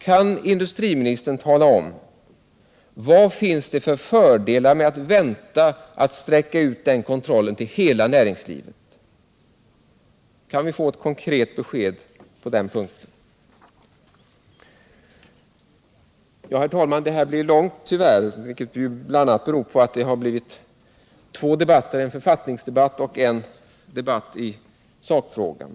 Kan industriministern tala om vilka fördelar det finns med att vänta med att sträcka ut den kontrollen till hela näringslivet? Kan vi få ett konkret besked på den punkten? Herr talman! Det här blir långt, tyvärr, vilket bl.a. beror på att det har blivit två debatter — en författningsdebatt och en debatt i sakfrågan.